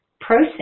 process